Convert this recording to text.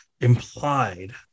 implied